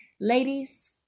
Ladies